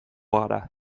gara